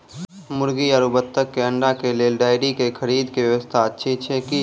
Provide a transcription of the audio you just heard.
मुर्गी आरु बत्तक के अंडा के लेल डेयरी के खरीदे के व्यवस्था अछि कि?